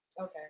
Okay